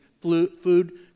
food